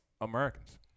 Americans